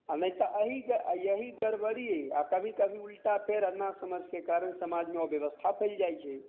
नहि तऽ एहि एहि गड़बड़ी आ कभी कभी उल्टा फेर आ नासमझके कारण सारे समाज मे अव्यवस्था फैल जाई छै